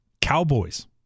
Cowboys